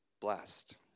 blessed